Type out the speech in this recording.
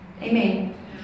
Amen